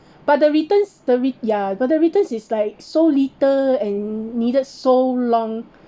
but the returns the re~ ya but the returns is like so little and needed so long